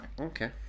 Okay